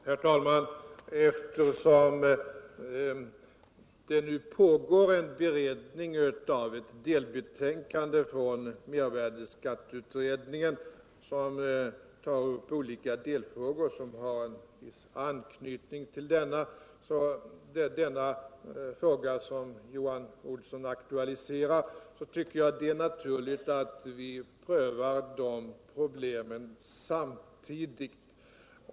Herr talman! Eftersom det nu pågår en beredning av ett delbetänkande från mervärdeskatteutredningen som tar upp olika delfrågor med viss anknytning till den fråga som Johan Olsson aktualiserat tycker jag det är naturligt att vi prövar dessa frågor samtidigt.